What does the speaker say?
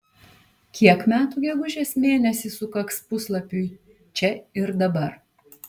kiek metų gegužės mėnesį sukaks puslapiui čia ir dabar